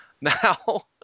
Now